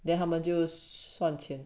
then 他们就算钱